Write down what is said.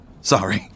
Sorry